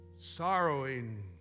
sorrowing